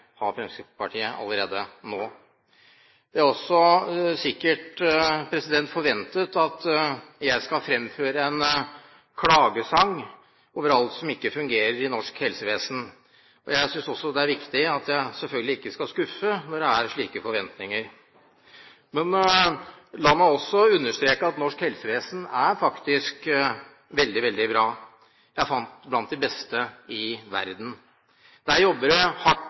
har Fremskrittspartiet allerede nå. Det er også sikkert forventet at jeg skal fremføre en klagesang over alt som ikke fungerer i norsk helsevesen, og jeg synes selvfølgelig også det er viktig å ikke skuffe når det er slike forventninger. Men la meg også understreke at norsk helsevesen faktisk er veldig, veldig bra, ja blant de beste i verden. Der jobber det hardt